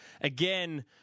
Again